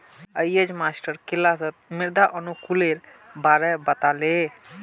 अयेज मास्टर किलासत मृदा अनुकूलेर बारे बता ले